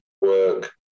work